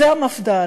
זה המפד"ל.